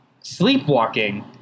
sleepwalking